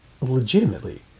legitimately